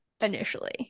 initially